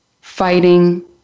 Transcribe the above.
fighting